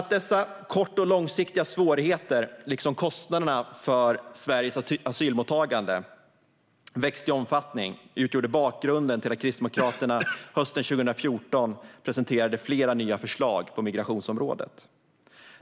Att dessa kort och långsiktiga svårigheter, liksom kostnaderna för Sveriges asylmottagande, växte i omfattning utgjorde bakgrunden till att Kristdemokraterna hösten 2014 presenterade flera nya förslag på migrationsområdet.